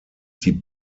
die